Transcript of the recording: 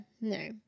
no